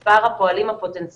מס' הפועלים הפוטנציאלי,